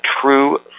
true